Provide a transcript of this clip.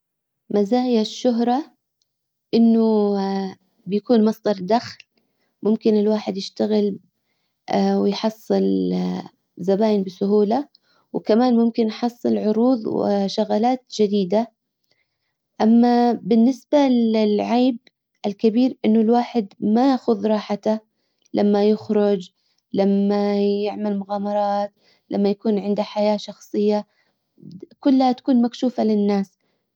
مزايا الشهرة إنه بيكون مصدر دخل ممكن الواحد يشتغل ويحصل زباين بسهولة وكمان ممكن يحصل عروض وشغلات جديدة اما بالنسبة للعيب الكبير أنه الواحد ما ياخذ راحته لما يخرج لما يعمل مغامرات لما يكون عنده حياة شخصية كلها تكون مكشوفة للناس.